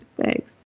Thanks